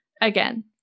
Again